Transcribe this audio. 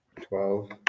twelve